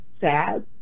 sad